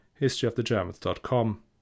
historyofthegermans.com